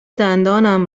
دندانم